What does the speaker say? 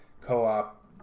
co-op